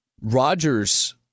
Rodgers